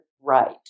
right